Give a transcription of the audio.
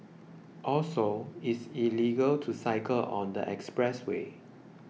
also it's illegal to cycle on the expressway